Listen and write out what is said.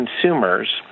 consumers